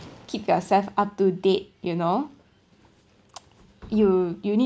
keep yourself up to date you know you you need